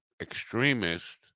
extremist